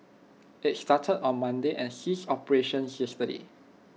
IT started on Monday and ceased operations yesterday